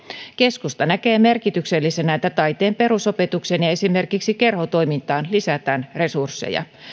keskusta näkee merkityksellisenä että taiteen perusopetukseen ja esimerkiksi kerhotoimintaan lisätään resursseja